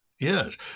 Yes